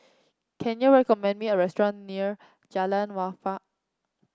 can you recommend me a restaurant near Jalan Wakaff